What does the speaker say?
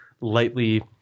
lightly